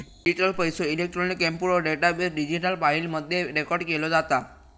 digital पैसो, electronic computer database, digital फाईली मध्ये रेकॉर्ड केलो जाता